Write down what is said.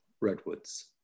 redwoods